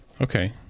Okay